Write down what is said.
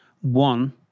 one